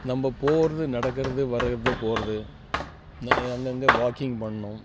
நம்ம போகிறது நடக்கிறது வர்றது போகிறது இந்தமாதிரி அங்கே அங்கே வாக்கிங் பண்ணணும்